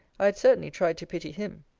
i had certainly tried to pity him.